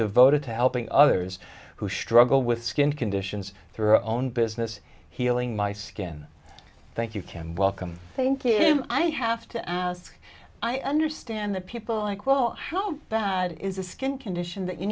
devoted to helping others who struggle with skin conditions through own business healing my skin thank you kim welcome thank you i have to ask i understand the people like well how bad is the skin condition that you